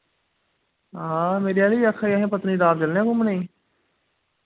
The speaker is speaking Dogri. हां मेरी आह्ली बी आक्खा दी असें पत्नीटाप चलने आं घूमने ई